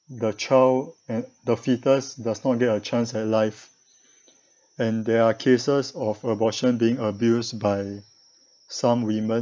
the child err the foetus does not get a chance at life and there are cases of abortion being abused by some women